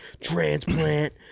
Transplant